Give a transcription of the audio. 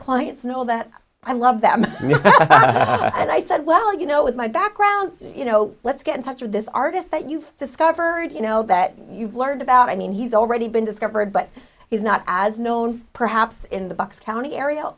clients know that i love them and i said well you know with my background you know let's get in touch with this artist that you've discovered you know that you've learned about i mean he's already been discovered but he's not as known perhaps in the bucks county area